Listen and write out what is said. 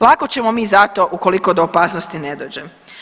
Lako ćemo mi za to ukoliko do opasnosti ne dođe.